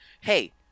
Hey